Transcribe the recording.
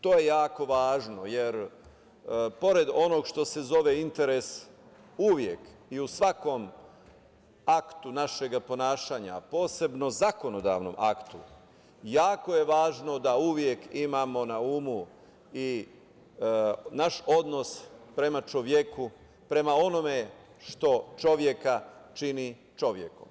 To je jako važno jer pored onoga što se zove interes, uvek i u svakom aktu našeg ponašanja, a posebno zakonodavnom aktu, jako je važno da uvek imamo na umu i naš odnos prema čoveku, prema onome što čoveka čini čovekom.